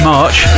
March